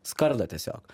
skardą tiesiog